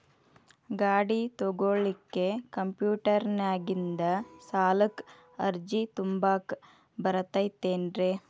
ಗಾಡಿ ತೊಗೋಳಿಕ್ಕೆ ಕಂಪ್ಯೂಟೆರ್ನ್ಯಾಗಿಂದ ಸಾಲಕ್ಕ್ ಅರ್ಜಿ ತುಂಬಾಕ ಬರತೈತೇನ್ರೇ?